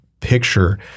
picture